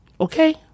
Okay